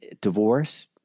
divorce